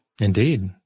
Indeed